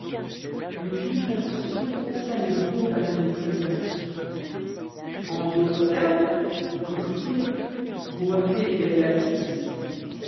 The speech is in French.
le juge d'instruction haussa les épaules d'un air de commisération en d'autres termes reprit-il vous refusez d'éclairer la justice